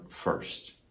first